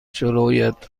جلویت